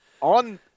on